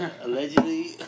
Allegedly